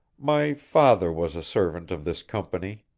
my father was a servant of this company,